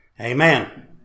amen